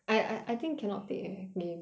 I I I think cannot take eh game